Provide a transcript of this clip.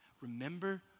Remember